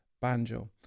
banjo